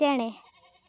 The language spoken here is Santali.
ᱪᱮᱬᱮ